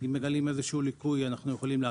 אם מגלים איזושהי ליקוי אנחנו יכולים לעכב.